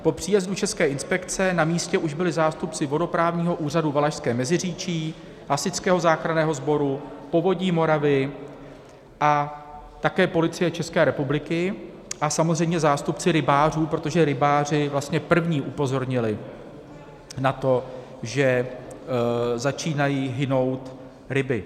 Po příjezdu České inspekce na místě už byli zástupci Vodoprávního úřadu Valašské Meziříčí, Hasičského záchranného sboru, Povodí Moravy a také Policie České republiky a samozřejmě zástupci rybářů, protože rybáři vlastně první upozornili na to, že začínají hynout ryby.